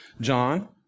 John